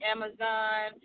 Amazon